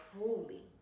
Truly